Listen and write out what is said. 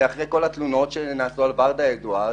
אחרי כל התלונות שהיו על ורדה אדוארד,